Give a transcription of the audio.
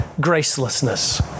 gracelessness